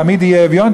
תמיד יהיה אביון,